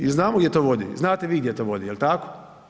I znamo gdje to vodi, znate i vi gdje to vodi, je li tako?